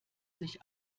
sich